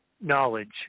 knowledge